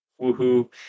woohoo